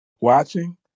watching